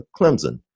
Clemson